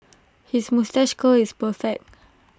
his moustache curl is perfect